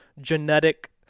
genetic